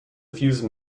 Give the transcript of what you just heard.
fuse